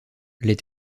les